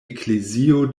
eklezio